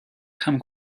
come